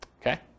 Okay